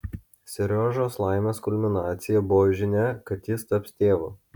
seriožos laimės kulminacija buvo žinia kad jis taps tėvu